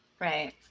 Right